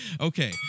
Okay